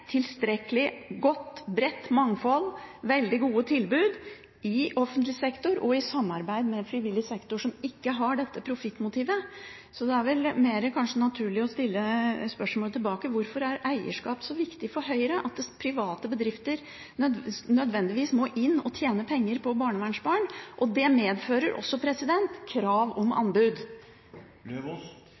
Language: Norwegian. tilstrekkelig godt, bredt mangfold, veldig gode tilbud i offentlig sektor og i samarbeid med frivillig sektor, som ikke har dette profittmotivet. Så det er kanskje mer naturlig å stille spørsmålet tilbake: Hvorfor er eierskap så viktig for Høyre, hvorfor må private bedrifter nødvendigvis inn og tjene penger på barnevernsbarn, noe som også medfører krav om anbud?